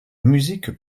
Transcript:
musique